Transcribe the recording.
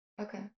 Okay